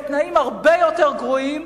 בתנאים הרבה יותר גרועים,